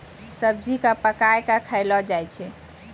सब्जी क पकाय कॅ खयलो जाय छै